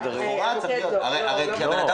לא.